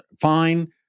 fine